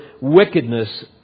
wickedness